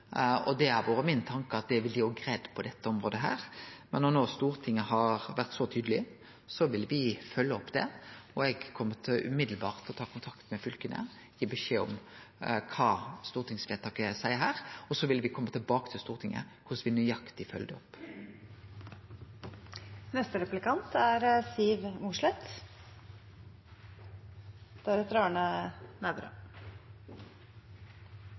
Det har vore min tanke at det ville dei òg greidd på dette området. Men når no Stortinget har vore så tydeleg, vil me følgje opp det, og eg kjem straks til å ta kontakt med fylka med beskjed om kva stortingsvedtaket seier her, og så vil me kome tilbake til Stortinget med korleis me nøyaktig følgjer det opp. Vi er